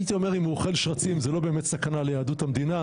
הייתי אומר אם הוא אוכל שרצים זה לא באמת סכנה ליהדות המדינה,